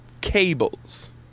Cables